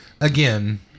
again